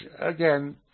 again